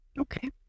okay